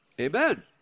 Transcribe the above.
Amen